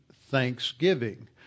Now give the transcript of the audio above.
thanksgiving